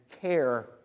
care